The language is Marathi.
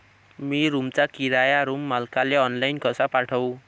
मी रूमचा किराया रूम मालकाले ऑनलाईन कसा पाठवू?